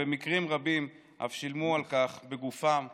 ובמקרים רבים אף שילמו על כך בגופם ובחייהם.